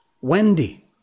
wendy